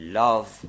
love